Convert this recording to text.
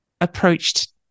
approached